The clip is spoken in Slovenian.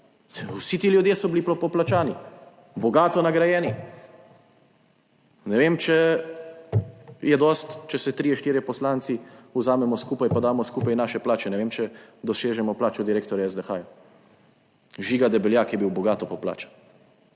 Vsi ti ljudje so bili poplačani, bogato nagrajeni. Ne vem, če je dosti, če se trije, štirje poslanci vzamemo skupaj, pa damo skupaj naše plače, ne vem, če dosežemo plačo direktorja SDH. Žiga Debeljak je bil bogato poplačan.